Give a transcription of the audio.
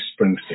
Springsteen